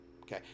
Okay